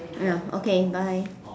ya okay bye